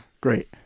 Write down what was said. great